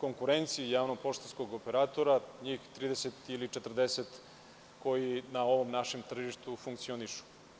konkurenciji javnog poštanskog operatora, njih 30 ili 40, koji na ovom našem tržištu funkcionišu.